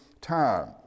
time